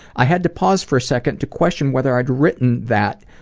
i had to pause for a second to question whether i had written that,